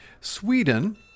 Sweden